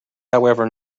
however